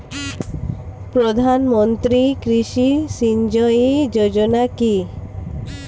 প্রধানমন্ত্রী কৃষি সিঞ্চয়ী যোজনা কি?